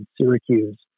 syracuse